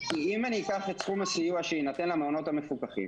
כי אם אני אקח את סכום הסיוע שיינתן למעונות המפוקחים